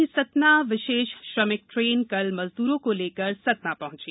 वहीं सतना विशेष श्रमिक ट्रेन कल मजद्रों को लेकर सतना पहंची